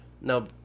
no